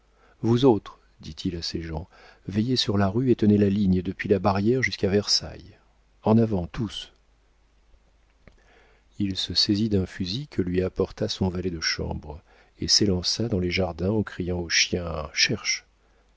vous autres dit-il à ses gens veillez sur la rue et tenez la ligne depuis la barrière jusqu'à versailles en avant tous il se saisit d'un fusil que lui apporta son valet de chambre et s'élança dans les jardins en criant au chien cherche